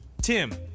Tim